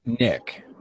Nick